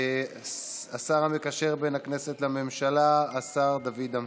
השר המקשר בין הכנסת לממשלה השר דוד אמסלם,